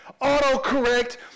Auto-correct